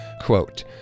Quote